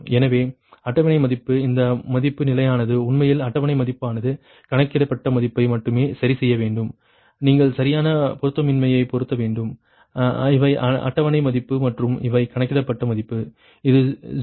எனவே அட்டவணை மதிப்பு இந்த மதிப்பு நிலையானது உண்மையில் அட்டவணை மதிப்பானது கணக்கிடப்பட்ட மதிப்பை மட்டுமே சரிசெய்ய வேண்டும் நீங்கள் சரியான பொருத்தமின்மையை பொருத்த வேண்டும் இவை அட்டவணை மதிப்பு மற்றும் இவை கணக்கிடப்பட்ட மதிப்பு இது 0